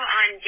on